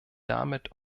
damit